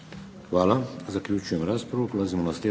Hvala. Zaključujem raspravu.